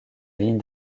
ligne